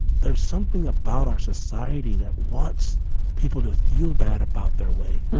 there's something about our society that wants people to feel bad about their way.